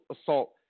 assault